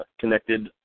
connected